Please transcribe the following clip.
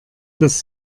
dass